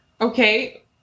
Okay